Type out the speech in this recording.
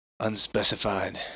unspecified